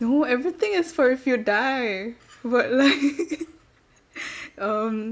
no everything is for if you die but like um